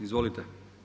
Izvolite.